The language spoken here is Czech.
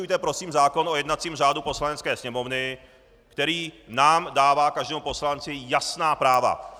Dodržujte prosím zákon o jednacím řádu Poslanecké sněmovny, který nám dává, každému poslanci, jasná práva.